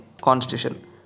Constitution